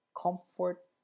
comfort